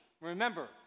remember